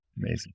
Amazing